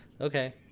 Okay